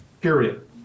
period